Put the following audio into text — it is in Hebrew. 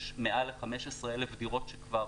יש מעל ל-15,000 דירות שכבר